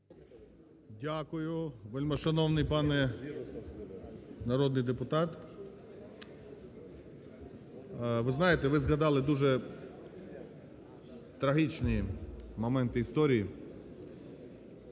Дякую, вельмишановний пане народний депутат. Ви знаєте, ви згадали дуже трагічні моменти історії